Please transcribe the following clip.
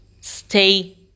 Stay